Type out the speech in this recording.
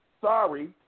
Sorry